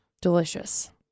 Delicious